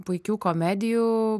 puikių komedijų